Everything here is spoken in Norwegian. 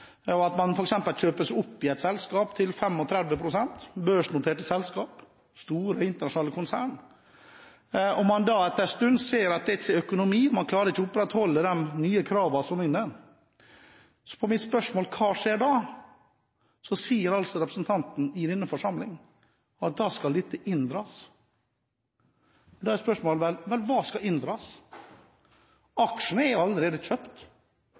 ut; hvis man f.eks. kjøper seg opp i et selskap til 35 pst. – børsnoterte selskap, store internasjonale konserner – og man da etter en stund ser at det ikke er økonomi til å klare å overholde de nye kravene som foreligger, sier altså representanten i denne forsamling at da skal dette inndras. Da er spørsmålet: Hva skal inndras? Aksjene er allerede kjøpt.